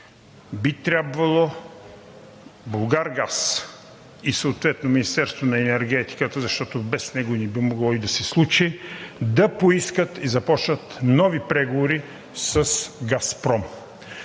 би трябвало „Булгаргаз“ и съответно Министерството на енергетиката, защото без него не би могло и да се случи, да поискат и започнат нови преговори с „Газпром“.